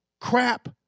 crap